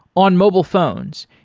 on mobile phones,